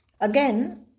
Again